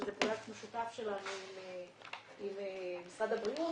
שזה פרויקט משותף שלנו עם משרד הבריאות,